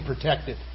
protected